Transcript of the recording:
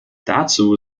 dazu